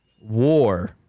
war